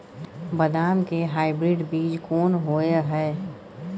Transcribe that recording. बदाम के हाइब्रिड बीज कोन होय है?